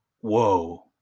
whoa